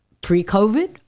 pre-COVID